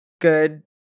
good